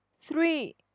three